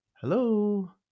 hello